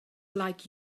like